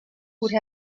would